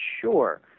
sure